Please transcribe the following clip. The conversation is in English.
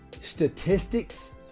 Statistics